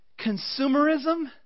consumerism